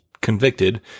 convicted